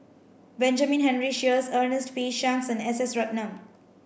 Benjamin Henry Sheares Ernest P Shanks and S S Ratnam